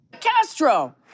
Castro